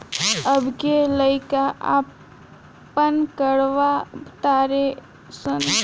अब के लइका आपन करवा तारे सन